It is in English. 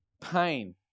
pain